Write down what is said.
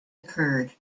occurred